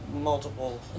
multiple